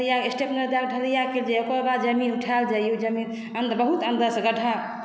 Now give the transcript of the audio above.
ढ़लैया स्टेपनर दऽ कऽ ढ़लैया ओकर बाद जमीन उठायल जाइया ओ जमीन अन्दर बहुत अन्दरसँ गड्ढा